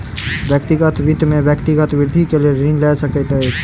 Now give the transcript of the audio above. व्यक्तिगत वित्त में व्यक्ति वृद्धि के लेल ऋण लय सकैत अछि